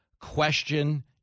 question